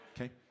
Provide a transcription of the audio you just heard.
Okay